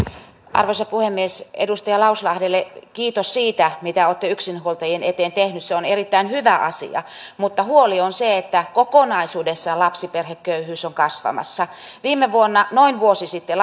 arvoisa puhemies edustaja lauslahdelle kiitos siitä mitä olette yksinhuoltajien eteen tehneet se on erittäin hyvä asia mutta huoli on siitä että kokonaisuudessaan lapsiperheköyhyys on kasvamassa viime vuonna noin vuosi sitten